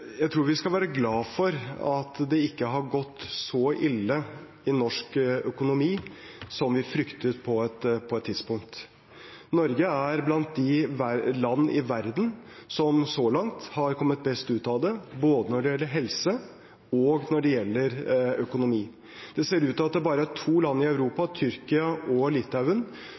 Jeg tror vi skal være glad for at det ikke har gått så ille i norsk økonomi som vi fryktet på et tidspunkt. Norge er blant de land i verden som så langt har kommet best ut av det, både når det gjelder helse, og når det gjelder økonomi. Det ser ut til at det bare er to land i Europa – Tyrkia og Litauen